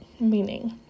Meaning